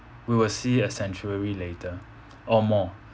we will see it a century later or more